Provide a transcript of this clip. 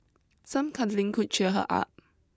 some cuddling could cheer her up